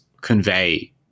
convey